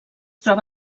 troba